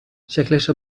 شکلشو